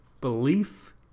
belief